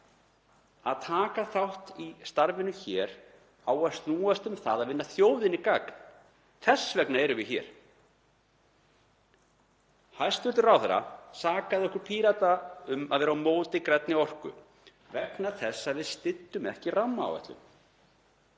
Að taka þátt í starfinu á að snúast um að vinna þjóðinni gagn. Þess vegna erum við hér. Hæstv. ráðherra sakaði okkur Pírata um að vera á móti grænni orku vegna þess að við styddum ekki rammaáætlun,